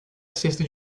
cesta